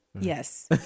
Yes